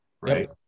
right